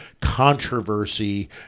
controversy